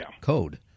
code